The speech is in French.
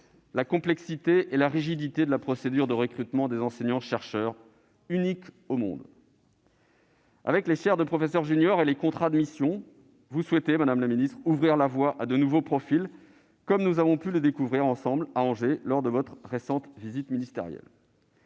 la complexité et la rigidité de la procédure de recrutement des enseignants-chercheurs, unique au monde. Avec les chaires de professeur junior (CPJ) et les contrats de mission, vous souhaitez, madame la ministre, ouvrir la voie à de nouveaux profils, comme nous avons pu le découvrir ensemble à Angers lors de votre récente visite ministérielle.